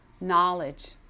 knowledge